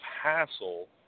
hassle